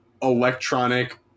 electronic